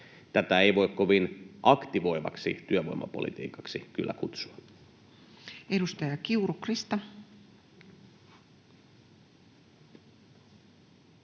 Tätä ei voi kovin aktivoivaksi työvoimapolitiikaksi kyllä kutsua. [Speech 92] Speaker: